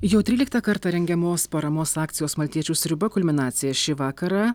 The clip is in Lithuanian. jau tryliktą kartą rengiamos paramos akcijos maltiečių sriuba kulminacija šį vakarą